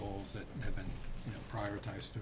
goals that have been prioritized